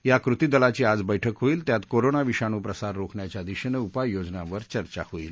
या कृतीदलाची आज बर्क्क होईल त्यात कोरोना विषाणूप्रसार रोख्ण्याच्या दिशेनं उपाययोजनांवर चर्चा होईल